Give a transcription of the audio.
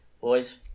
Boys